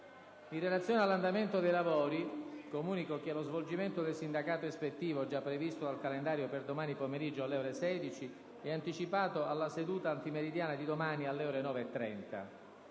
In relazione all'andamento dei lavori, comunico che lo svolgimento del sindacato ispettivo, già previsto dal calendario per domani pomeriggio alle ore 16, è anticipato alla seduta antimeridiana di domani, alle ore 9,30.